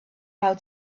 how